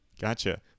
Gotcha